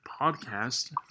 podcast